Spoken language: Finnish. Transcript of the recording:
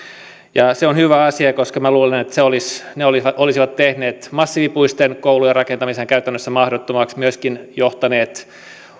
ja se on hyvä asia koska luulen että ne olisivat olisivat tehneet massiivipuisten koulujen rakentamisen käytännössä mahdottomaksi myöskin johtaneet